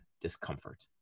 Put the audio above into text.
discomfort